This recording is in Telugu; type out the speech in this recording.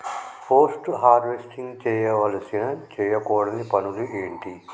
పోస్ట్ హార్వెస్టింగ్ చేయవలసిన చేయకూడని పనులు ఏంటి?